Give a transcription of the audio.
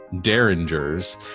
Derringers